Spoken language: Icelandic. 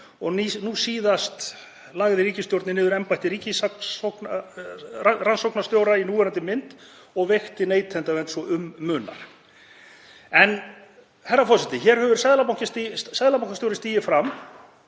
Nú síðast lagði ríkisstjórnin niður embætti ríkisrannsóknarstjóra í núverandi mynd og veikti neytendavernd svo um munar. Herra forseti. Hér hefur seðlabankastjóri stigið fram